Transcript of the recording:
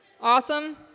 Awesome